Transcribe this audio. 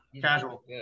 Casual